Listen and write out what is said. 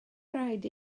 rhaid